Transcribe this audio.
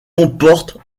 comporte